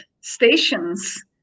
stations